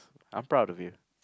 I'm proud of you